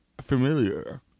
familiar